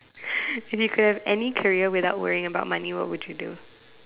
if you could have any career without worrying about money what would you do